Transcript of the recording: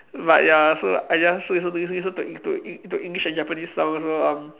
but ya so I just listen listen listen to to Eng~ to English and Japanese songs so um